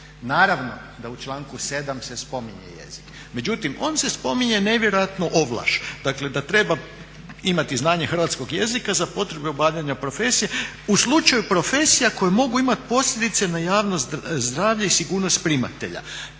Naravno da u članku 7.se spominje jezik, međutim on se spominje nevjerojatno ovlaš, dakle da treba imati znanje hrvatskog jezika za potrebe obavljanja profesije u slučaju profesija koje mogu imati posljedice na javno zdravlje i sigurnost primatelja.